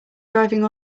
driving